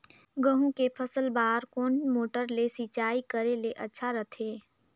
गहूं के फसल बार कोन मोटर ले सिंचाई करे ले अच्छा रथे?